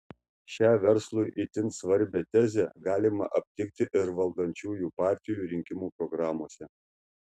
šią verslui itin svarbią tezę galima aptikti ir valdančiųjų partijų rinkimų programose